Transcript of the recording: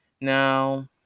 Now